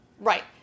right